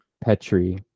petri